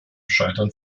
scheitern